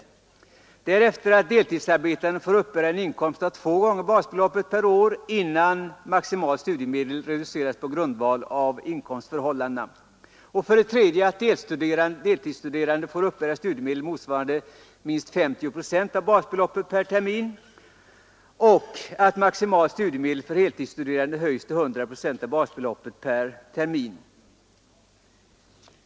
Vi föreslår vidare att deltidsarbetande får uppbära en inkomst av två gånger basbeloppet per termin innan maximalt studiemedel reduceras på grund av inkomstförhållandena. Dessutom föreslår vi att deltidsstuderande får uppbära studiemedel motsvarande 50 procent av basbeloppet per termin och att maximalt studiemedel för heltidsstuderande höjs till 100 procent av basbeloppet per termin.